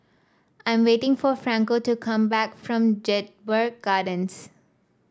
I am waiting for Franco to come back from Jedburgh Gardens